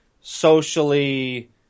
socially